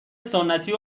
سنتی